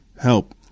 help